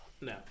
No